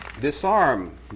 disarm